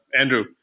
Andrew